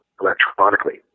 electronically